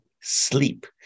sleep